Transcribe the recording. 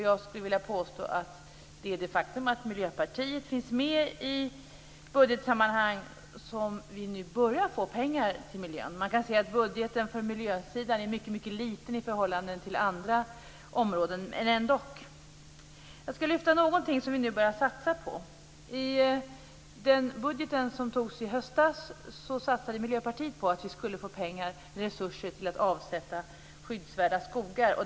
Jag skulle vilja påstå att det är det faktum att Miljöpartiet finns med i budgetsammanhang som gör att vi nu börjar få pengar till miljön. Man kan se att budgeten för miljösidan är mycket liten i förhållande till andra områden, men ändock. Jag skall lyfta fram något av det som vi nu börjar satsa på. I den budget som antogs i höstas satsade Miljöpartiet på att vi skulle få resurser till att avsätta skyddsvärda skogar.